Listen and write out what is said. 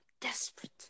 desperate